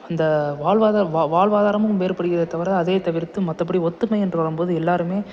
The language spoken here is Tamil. அந்த வாழ்வாதா வா வாழ்வாதாரமும் வேறுபடுகிறதே தவிர அதை தவிர்த்து மற்றபடி ஒற்றுமை என்று வரும்போது எல்லாருமே